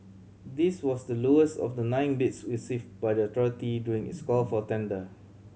this was the lowest of the nine bids received by the authority during its call for tender